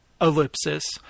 Ellipsis